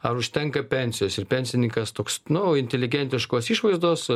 ar užtenka pensijos ir pensininkas toks nu inteligentiškos išvaizdos